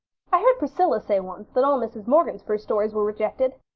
i heard priscilla say once that all mrs. morgan's first stories were rejected.